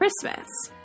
Christmas